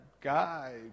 guy